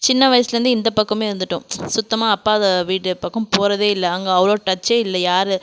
சின்ன வயசுலேருந்து இந்த பக்கம் இருந்துவிட்டோம் சுத்தமாக அப்பா வீடு பக்கம் போகிறதே இல்லை அங்கே அவ்வளோ டச் இல்லை யார்